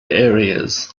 areas